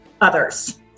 others